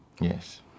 Yes